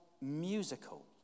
musical